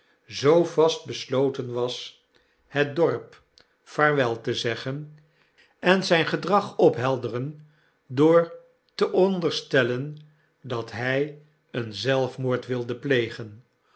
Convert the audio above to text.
zoo vast besloten was het dorp het eigendom van mopes vaarwel te zeggen en zp gedrag ophelderen door te onderstellen dat hy een zelfmoord wilde plegen